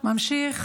ממשיך